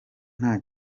nta